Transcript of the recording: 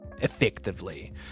effectively